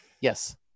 Yes